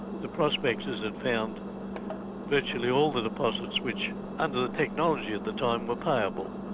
the prospectors had found virtually all the deposits which under the technology at the time, were payable.